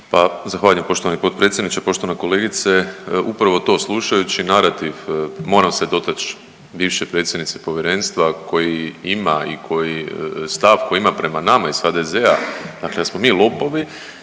zahvaljujem poštovani potpredsjedniče. Poštovana kolegice upravo to slušajući narativ moram se dotaći bivše predsjednice povjerenstva koji ima i koji, stav koji ima prema nama iz HDZ-a dakle da smo mi lopovi,